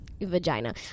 vagina